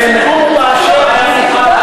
הוא שליח הציבור באשר הוא.